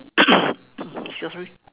she's wearing